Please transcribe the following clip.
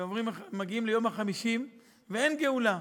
ומגיעים ליום ה-50, ואין גאולה.